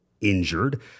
injured